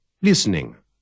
Listening